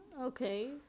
Okay